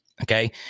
Okay